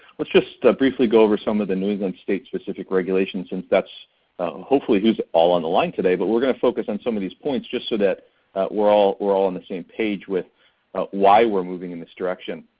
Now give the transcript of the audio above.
let's just ah briefly go over some of the new england state specific regulations and that's hopefully who's all on the line today. but we're gonna focus on some of these points just so that that we're all we're all on the same page with why we're moving in this direction.